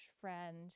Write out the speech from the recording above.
friend